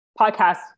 podcast